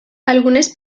algunes